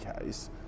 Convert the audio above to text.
case